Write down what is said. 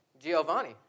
Giovanni